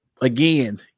again